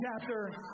chapter